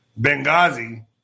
Benghazi